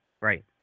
Right